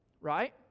Right